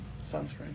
Sunscreen